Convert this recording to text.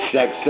Sex